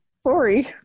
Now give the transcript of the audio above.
sorry